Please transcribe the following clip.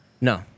No